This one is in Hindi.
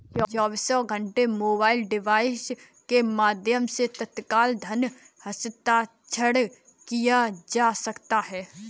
चौबीसों घंटे मोबाइल डिवाइस के माध्यम से तत्काल धन हस्तांतरण किया जा सकता है